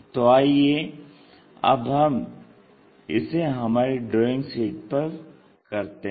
तो आइये अब हम इसे हमारी ड्राइंग शीट पर करते हैं